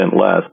less